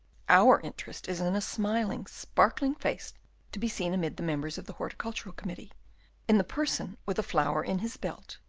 our interest is in a smiling, sparkling face to be seen amid the members of the horticultural committee in the person with a flower in his belt,